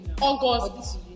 August